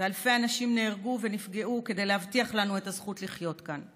ואלפי אנשים נהרגו ונפגעו כדי להבטיח לנו את הזכות לחיות כאן.